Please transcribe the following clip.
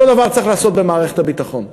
אותו דבר צריך לעשות במערכת הביטחון בגדול.